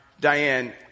Diane